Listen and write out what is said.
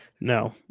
No